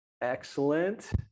Excellent